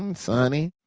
um sunny.